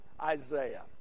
Isaiah